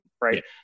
right